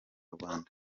rwanda